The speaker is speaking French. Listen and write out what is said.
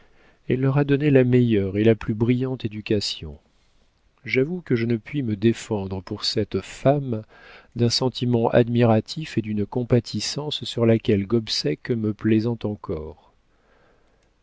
elle leur a donné la meilleure et la plus brillante éducation j'avoue que je ne puis me défendre pour cette femme d'un sentiment admiratif et d'une compatissance sur laquelle gobseck me plaisante encore